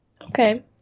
Okay